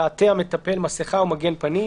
יעטה המטפל מסיכה ומגן פנים,